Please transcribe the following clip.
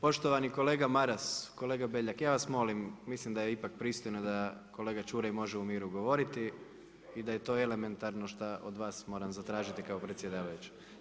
Kolege, poštovani kolega Maras, kolega Beljak, ja vas molim, mislim da je ipak pristojno, da kolega Čuraj može u miru govoriti i da je to elementarno šta od vas moram zatražiti kao predsjedavajući.